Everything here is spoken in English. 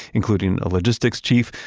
including a logistics chief,